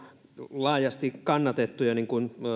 laajasti kannatettu niin kuin